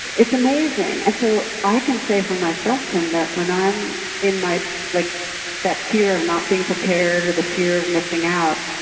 it's amazing. and so i can say, for myself, tim, that when i'm in like that fear of not being prepared or the fear of missing out,